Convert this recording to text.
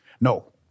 No